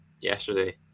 yesterday